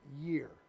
year